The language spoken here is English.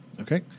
Okay